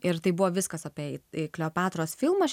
ir tai buvo viskas apie kleopatros filmą